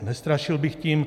Nestrašil bych tím.